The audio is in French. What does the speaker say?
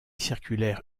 circulaire